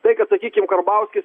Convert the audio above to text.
tai kad sakykim karbauskis